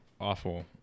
awful